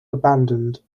abandoned